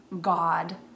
God